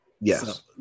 Yes